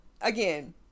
again